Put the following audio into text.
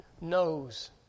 knows